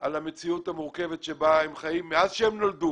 על המציאות המורכבת שבה הם חיים מאז שהם נולדו.